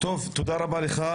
תודה רבה לך.